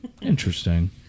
Interesting